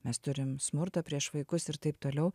mes turim smurtą prieš vaikus ir taip toliau